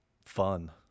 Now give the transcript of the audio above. fun